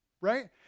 right